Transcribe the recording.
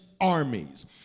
armies